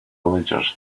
villagers